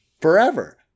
Forever